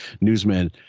newsman